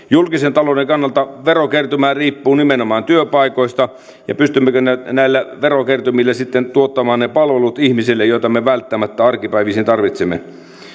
julkisen talouden kannalta verokertymä riippuu nimenomaan työpaikoista ja pystymmekö näillä verokertymillä sitten tuottamaan ihmisille ne palvelut joita me välttämättä arkipäivisin tarvitsemme